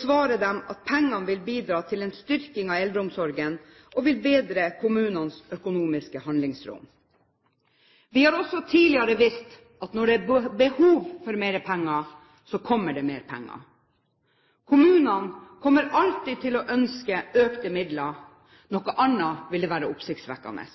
svarer de at pengene vil bidra til en styrking av eldreomsorgen og vil bedre kommunenes økonomiske handlingsrom. Vi har også tidligere vist at når det er behov for mer penger, kommer det mer penger. Kommunene kommer alltid til å ønske økte midler, noe annet ville være oppsiktsvekkende.